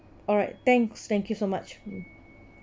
alright thanks thank you so much mm